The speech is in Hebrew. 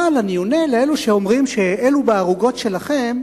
אבל אני עונה לאלו שאומרים שאלה בערוגות שלכם,